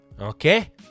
okay